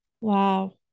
Wow